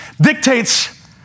dictates